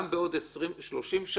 גם בעוד 30 שנה,